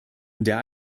der